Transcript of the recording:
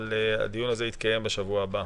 אבל הדיון הזה יתקיים בשבוע הבא.